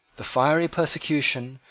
the fiery persecution,